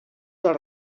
dels